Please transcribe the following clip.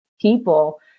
people